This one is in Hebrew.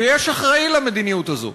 ויש אחראי למדיניות הזו.